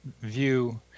view